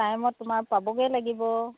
টাইমত তোমাৰ পাবগৈ লাগিব